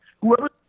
Whoever